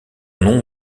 nom